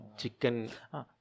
chicken